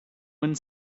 one